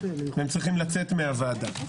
והם צריכים לצאת מהוועדה.